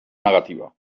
negativa